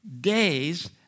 days